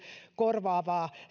korvaavaa